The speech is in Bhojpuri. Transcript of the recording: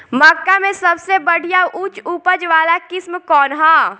मक्का में सबसे बढ़िया उच्च उपज वाला किस्म कौन ह?